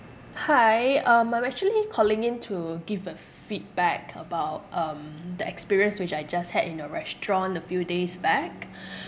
hi um I'm actually calling in to give a f~ feedback about um the experience which I just had in your restaurant a few days back